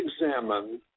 examine